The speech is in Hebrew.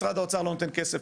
משרד האוצר לא נותן כסף,